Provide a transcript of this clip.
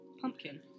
pumpkin